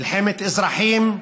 מלחמת אזרחים,